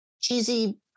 cheesy